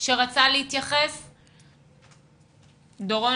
סקר ארוך שיפורסם כמאמר,